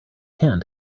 can